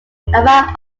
are